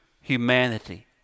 humanity